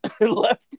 left